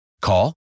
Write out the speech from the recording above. Call